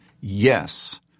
yes